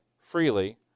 freely